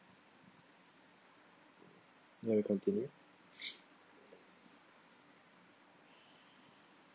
ya you continue